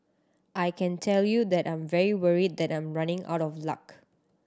I can tell you that I'm very worried that I'm running out of luck